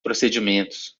procedimentos